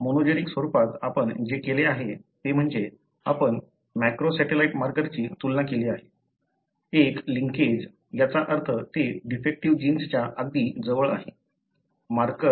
monogenic स्वरूपात आपण जे केले आहे ते म्हणजे आपण मॅक्रो सॅटेलाइट मार्करची तुलना केली आहे एक लिंकेज याचा अर्थ ते डिफेक्टीव्ह जीनच्या अगदी जवळ आहे